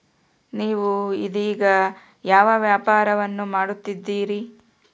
ನೇವು ಇದೇಗ ಯಾವ ವ್ಯಾಪಾರವನ್ನು ಮಾಡುತ್ತಿದ್ದೇರಿ?